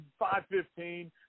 5.15